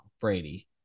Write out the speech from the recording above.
Brady